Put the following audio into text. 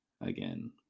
again